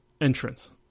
entrance